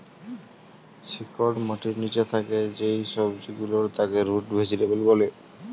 শিকড় মাটির নিচে থাকে যেই সবজি গুলোর তাকে রুট ভেজিটেবল বলে